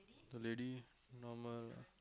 the lady normal